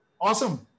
Awesome